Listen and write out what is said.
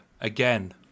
again